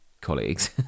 colleagues